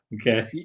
Okay